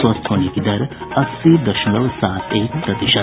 स्वस्थ होने की दर अस्सी दशमलव सात एक प्रतिशत